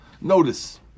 notice